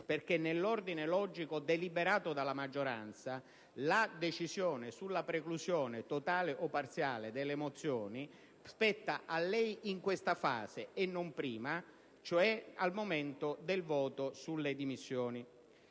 perché nell'ordine logico deliberato dalla maggioranza la decisione sulla preclusione totale o parziale delle mozioni spetta a lei in questa fase, e non prima, cioè al momento del voto sulle dimissioni.